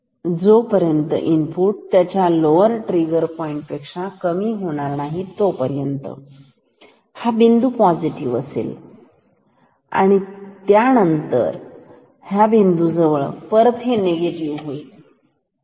जोपर्यंत इनपुट त्याच्या lower trigger point पेक्षा कमी होणार नाही तर तोपर्यंत हा बिंदू पॉझिटिव राहील आणि त्यानंतर ह्या बिंदू जवळ परत हे निगेटिव्ह होईलठीक